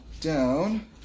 down